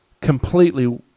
completely